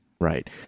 right